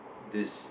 this